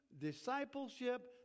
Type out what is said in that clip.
discipleship